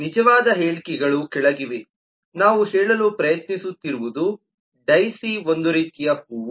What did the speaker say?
ನಿಜವಾದ ಹೇಳಿಕೆಗಳು ಕೆಳಗಿವೆ ನಾವು ಹೇಳಲು ಪ್ರಯತ್ನಿಸುತ್ತಿರುವುದು ಡೈಸಿ ಒಂದು ರೀತಿಯ ಹೂವು